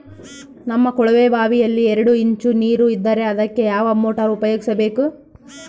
ನಮ್ಮ ಕೊಳವೆಬಾವಿಯಲ್ಲಿ ಎರಡು ಇಂಚು ನೇರು ಇದ್ದರೆ ಅದಕ್ಕೆ ಯಾವ ಮೋಟಾರ್ ಉಪಯೋಗಿಸಬೇಕು?